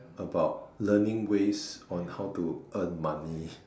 about learning ways on how to earn money